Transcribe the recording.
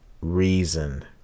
reason